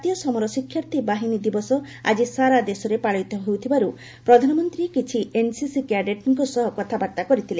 ଜାତୀୟ ସମର ଶିକ୍ଷାର୍ଥୀ ବାହିନୀ ଦିବସ ଆଜି ସାରା ଦେଶରେ ପାଳିତ ହେଉଥିବାରୁ ପ୍ରଧାନମନ୍ତ୍ରୀ କିଛି ଏନ୍ସିସି କ୍ୟାଡେଟ୍ଙ୍କ ସହ କଥାବାର୍ତ୍ତା କରିଥିଲେ